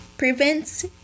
Prevents